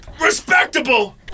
respectable